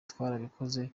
twarabikoze